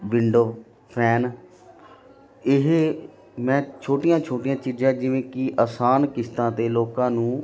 window fan ਇਹ ਮੈਂ ਛੋਟੀਆਂ ਛੋਟੀਆਂ ਚੀਜ਼ਾਂ ਜਿਵੇਂ ਕਿ ਆਸਾਨ ਕਿਸ਼ਤਾਂ 'ਤੇ ਲੋਕਾਂ ਨੂੰ